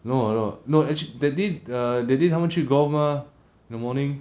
no no no actually that day err they did 他们去 golf mah in the morning